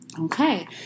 Okay